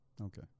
Okay